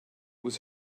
was